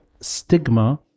stigma